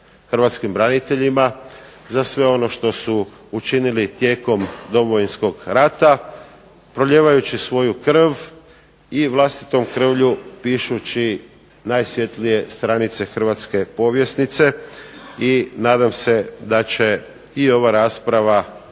hrvatskim braniteljima za sve ono što su učinili tijekom Domovinskog rata prolijevajući svoju krv i vlastitom krvlju pišući najsvjetlije stranice hrvatske povjesnice. I nadam se da će i ova rasprava